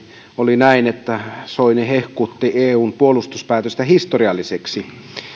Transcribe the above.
oli näin soini hehkutti eun puolustuspäätöstä historialliseksi